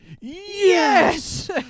yes